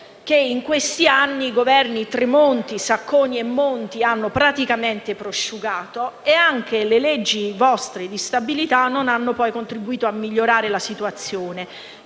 che in questi anni i "Governi Tremonti, Sacconi e Monti" hanno praticamente prosciugato, mentre le vostre leggi di stabilità non contribuivano a migliorare la situazione.